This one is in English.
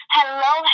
Hello